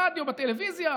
ברדיו ובטלוויזיה,